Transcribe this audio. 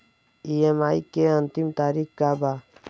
EMI के अंतिम तारीख का बा?